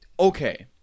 Okay